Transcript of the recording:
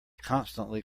constantly